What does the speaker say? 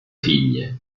figlie